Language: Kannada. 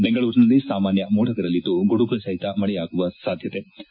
ಬೆಂಗಳೂರಿನಲ್ಲಿ ಸಾಮಾನ್ನ ಮೋಡವಿರಲಿದ್ದು ಗುಡುಗು ಸಹಿತ ಮಳೆಯಾಗುವ ಸಾಧ್ಯತೆ ಇದೆ